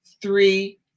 three